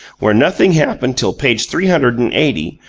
where nothing happened till page three hundred and eighty,